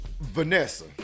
Vanessa